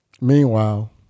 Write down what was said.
Meanwhile